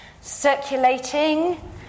circulating